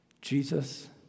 Jesus